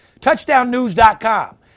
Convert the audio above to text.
touchdownnews.com